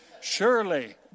Surely